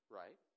right